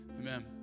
Amen